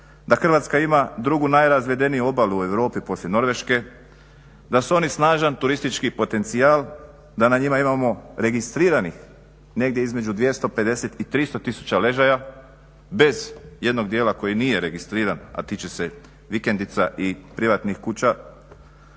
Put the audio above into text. da Hrvatska ima drugu najrazvedeniju obalu u Europi poslije Norveške, da su oni snažan turistički potencijal, da na njima imamo registriranih negdje između 250 i 300 tisuća ležaja bez jednog dijela koji nije registriran, a tiče se vikendica i privatnih kuća,